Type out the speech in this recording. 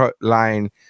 line